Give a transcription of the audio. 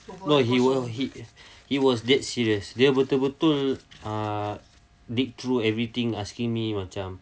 no he he he was dead serious dia betul-betul uh dig through everything asking me macam